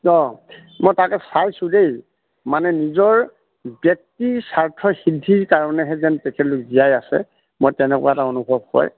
অঁ মই তাকে চাইছোঁ দেই মানে নিজৰ ব্যক্তি স্বাৰ্থ সিদ্ধিৰ কাৰণেহে যেন তেখেতলোক জীয়াই আছে মই তেনেকুৱা এটা অনুভৱ হয়